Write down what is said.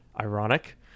Ironic